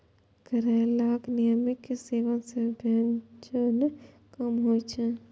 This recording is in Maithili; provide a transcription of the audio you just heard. करैलाक नियमित सेवन सं वजन कम होइ छै